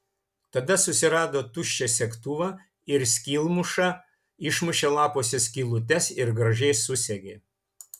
tada susirado tuščią segtuvą ir skylmušą išmušė lapuose skylutes ir gražiai susegė